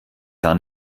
jahr